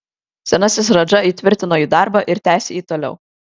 senasis radža įtvirtino jų darbą ir tęsė jį toliau